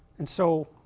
and so,